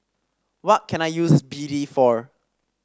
what can I use B D for